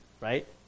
right